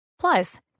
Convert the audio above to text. Plus